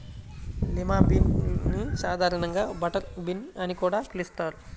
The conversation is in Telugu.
లిమా బీన్ ని సాధారణంగా బటర్ బీన్ అని కూడా పిలుస్తారు